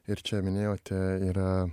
ir čia minėjote yra